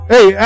Hey